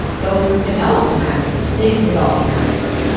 but with developing countries. big developing countries.